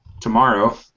tomorrow